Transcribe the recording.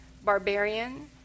Barbarian